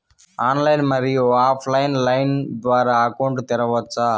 Online, మరియు offline line ద్వారా account తెరవచ్చా?